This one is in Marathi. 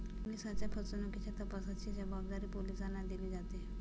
ओलिसांच्या फसवणुकीच्या तपासाची जबाबदारी पोलिसांना दिली जाते